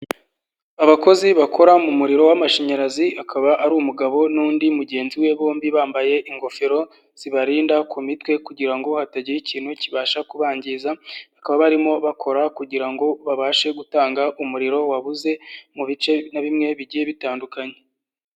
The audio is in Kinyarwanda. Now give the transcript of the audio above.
Abakozi bakora mu muriro w'amashanyarazi, akaba ari umugabo n'undi mugenzi we bombi bambaye ingofero, zibarinda ku mitwe kugira ngo hatagira ikintu kibasha kubangiza, bakaba barimo bakora kugira ngo babashe gutanga umuriro wabuze, mu bice bimwe na bimwe bigiye bitandukanye.